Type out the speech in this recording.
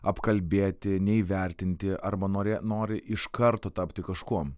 apkalbėti neįvertinti arba nori nori iš karto tapti kažkuom